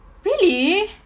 really